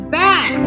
back